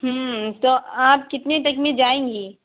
تو آپ کتنے تک میں جائیں گی